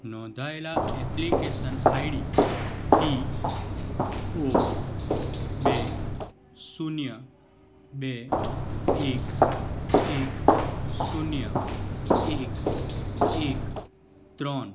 નોંધાયેલા application ID P O બે શૂન્ય બે એક એક શૂન્ય એક એક ત્રણ